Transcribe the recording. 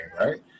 right